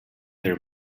their